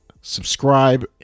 subscribe